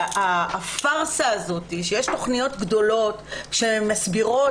והפארסה הזאת שיש תוכניות גדולות שמסבירות